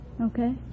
Okay